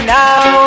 now